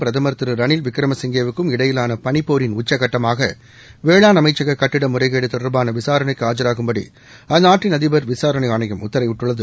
பிரதமர் திரு ரணில் விக்ரமசிங்கேவுக்கும் இடையிலான பனிப்போரின் உச்சகட்டமாக வேளாண் அமைச்சக கட்டட முறைகேடு தொடர்பான விசாரணைக்கு ஆஜராகும்படி அந்நாட்டின் அதிபர் விசாரணை ஆணையம் உத்தரவிட்டுள்ளது